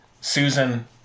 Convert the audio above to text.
Susan